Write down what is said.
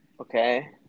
Okay